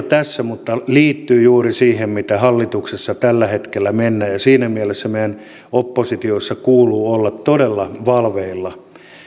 tässä mutta liittyy juuri siihen mitä hallituksessa tällä hetkellä menee ja siinä mielessä meidän oppositiossa kuuluu olla todella valveilla